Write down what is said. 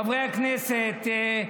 חברי הכנסת,